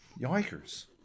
yikers